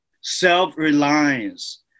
Self-reliance